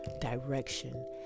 direction